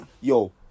yo